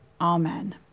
Amen